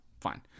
fine